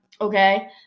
Okay